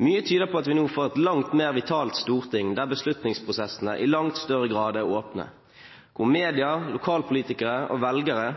Mye tyder på at vi nå får et langt mer vitalt storting, der beslutningsprosessene i langt større grad er åpne, og media, lokalpolitikere og velgere